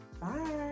Bye